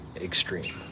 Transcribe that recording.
extreme